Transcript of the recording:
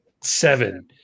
seven